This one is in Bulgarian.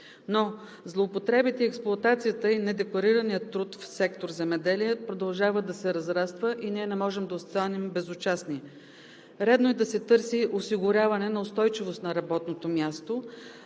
Но злоупотребите, експлоатацията и недекларираният труд в сектор „Земеделие“ продължават да се разрастват и ние не можем да останем безучастни. Редно е да се търси осигуряване на устойчивост на работното място,